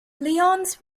lyons